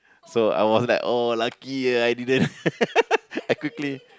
so I was like oh lucky eh I didn't I quickly